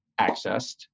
accessed